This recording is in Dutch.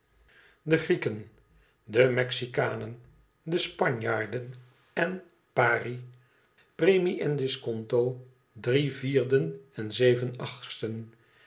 boodschappen betreffende de beurs de grieken spanjaarden mexicanen pari premie en disconto drie vierden en zeven achtsten